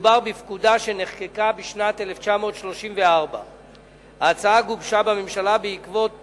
מדובר בפקודה שנחקקה בשנת 1943. ההצעה גובשה בממשלה בעקבות